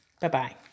Bye-bye